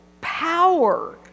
power